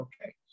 okay